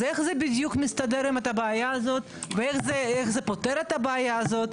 אז איך זה מסתדר עם הבעיה הזאת ואיך זה פותר את הבעיה הזו?